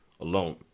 alone